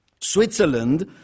Switzerland